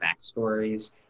backstories